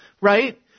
right